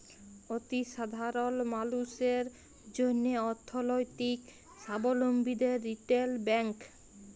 অতি সাধারল মালুসের জ্যনহে অথ্থলৈতিক সাবলম্বীদের রিটেল ব্যাংক